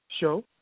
show